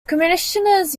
commissioners